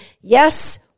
yes